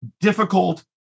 difficult